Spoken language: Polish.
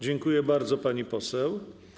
Dziękuję bardzo, pani poseł.